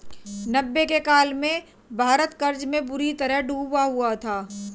नब्बे के काल में भारत कर्ज में बुरी तरह डूबा हुआ था